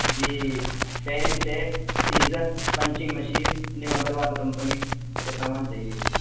جی pen tape scissor punching machine new Agarwal company کے سامان چاہیے